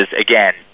again